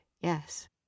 yes